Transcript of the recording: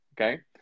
Okay